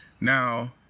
Now